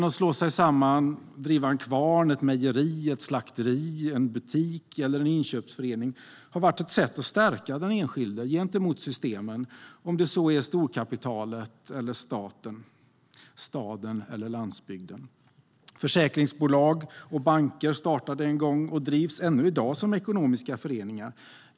Att slå sig samman och driva en kvarn, ett mejeri, ett slakteri, en butik eller en inköpsförening har varit ett sätt att stärka den enskilde gentemot systemen, om det så är storkapitalet, staten, staden eller landsbygden. Försäkringsbolag och banker startade en gång - och drivs ännu i dag - som ekonomiska föreningar.